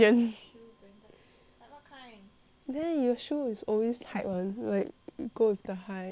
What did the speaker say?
then your shoe is always hype [one] like go with the hype